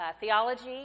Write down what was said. theology